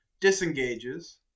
Disengages